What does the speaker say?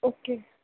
okay